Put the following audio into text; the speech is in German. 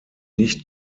nicht